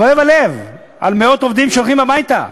כואב הלב על מאות עובדים שהולכים הביתה.